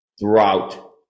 throughout